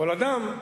אבל אדם,